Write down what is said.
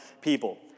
people